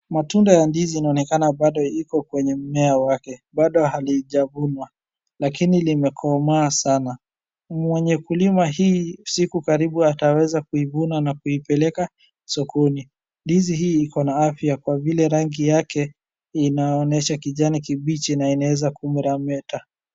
Matunda ya ndizi inaonekana bado iko kwenye mmea wake. Bado halijavunwa lakini limekomaa sana. Mwenye kulima hii siku karibu ataweza kuivuna na kuipeleka sokoni. Ndizi hii ikona afya Kwa vile rangi yake inaonyesha kijani kibichi na inaeza kumeremeta.